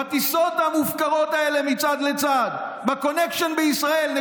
בטיסות המופקרות האלה מצד לצד, בקונקשן בישראל.